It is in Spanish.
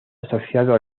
asociado